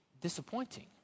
disappointing